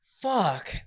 fuck